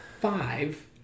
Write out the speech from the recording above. five